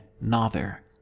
Nother